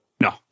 No